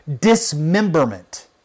dismemberment